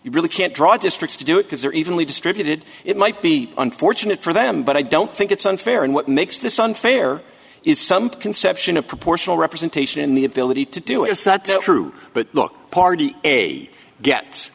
you really can't draw districts to do it because they're evenly distributed it might be unfortunate for them but i don't think it's unfair and what makes this unfair is some conception of proportional representation in the ability to do is that true but look party a get